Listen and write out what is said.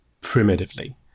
primitively